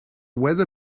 weather